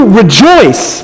rejoice